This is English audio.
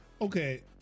Okay